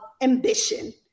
ambition